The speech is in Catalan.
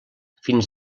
fins